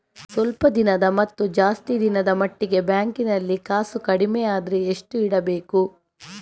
ಸ್ವಲ್ಪ ದಿನದ ಮತ್ತು ಜಾಸ್ತಿ ದಿನದ ಮಟ್ಟಿಗೆ ಬ್ಯಾಂಕ್ ನಲ್ಲಿ ಕಾಸು ಕಡಿಮೆ ಅಂದ್ರೆ ಎಷ್ಟು ಇಡಬೇಕು?